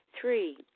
Three